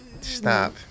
Stop